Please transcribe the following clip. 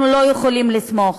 אנחנו לא יכולים לסמוך.